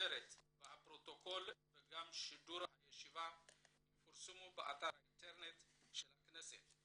ומשודרת והפרוטוקול וגם שידור הישיבה יפורסמו באתר אינטרנט של הכנסת.